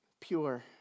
Pure